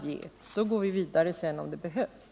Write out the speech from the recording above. Sedan går vi vidare om det behövs.